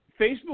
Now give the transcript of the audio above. Facebook